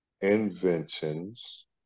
inventions